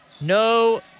No